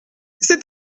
c’est